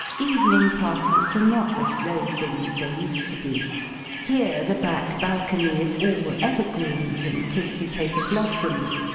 evening parties are not the slow things they used to be here the back balcony is all evergreens and tissue-paper blossoms,